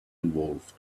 involved